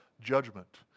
judgment